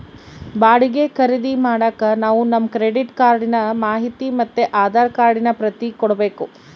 ಬಾಡಿಗೆ ಖರೀದಿ ಮಾಡಾಕ ನಾವು ನಮ್ ಕ್ರೆಡಿಟ್ ಕಾರ್ಡಿನ ಮಾಹಿತಿ ಮತ್ತೆ ಆಧಾರ್ ಕಾರ್ಡಿನ ಪ್ರತಿ ಕೊಡ್ಬಕು